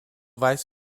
weiß